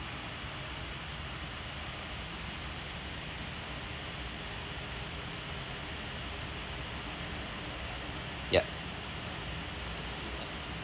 yup